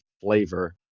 flavor